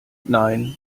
nein